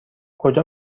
کجا